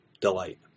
delight